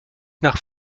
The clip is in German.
nach